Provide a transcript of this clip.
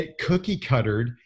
cookie-cuttered